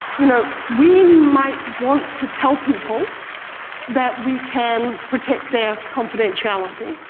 you know we might want to tell people that we can protect their confidentiality,